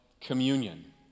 Communion